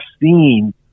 seen